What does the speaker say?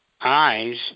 eyes